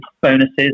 bonuses